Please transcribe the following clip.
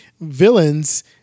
villains